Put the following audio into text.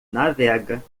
navega